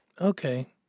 Okay